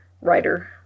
writer